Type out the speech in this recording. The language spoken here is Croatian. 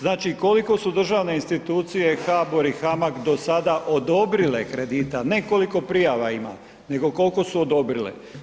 Znači koliko su državne institucije, HBOR i HAMAG do sada odobrile kredita, ne koliko prijava ima, nego koliko su odobrile?